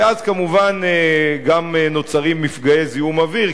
ואז כמובן גם נוצרים מפגעי זיהום אוויר,